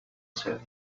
set